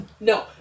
No